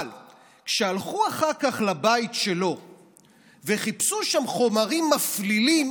אבל כשהלכו אחר כך לבית שלו וחיפשו שם חומרים מפלילים